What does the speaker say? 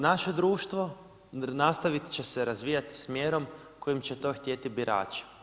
Naše društvo nastavit će se razvijati smjerom kojom će to htjeti birači.